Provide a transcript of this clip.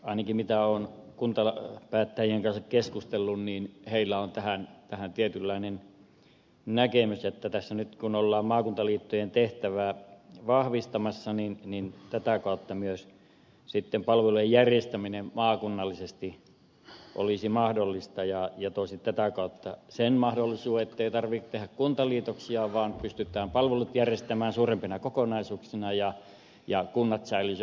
ainakin mitä olen kuntapäättäjien kanssa keskustellut niin heillä on tähän tietynlainen näkemys että kun tässä nyt ollaan maakuntaliittojen tehtävää vahvistamassa niin tätä kautta myös sitten palvelujen järjestäminen maakunnallisesti olisi mahdollista ja toisi tätä kautta sen mahdollisuuden että ei tarvitse tehdä kuntaliitoksia vaan pystytään palvelut järjestämään suurempina kokonaisuuksina ja kunnat säilyisivät edelleen